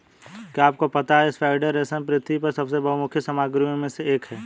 क्या आपको पता है स्पाइडर रेशम पृथ्वी पर सबसे बहुमुखी सामग्रियों में से एक है?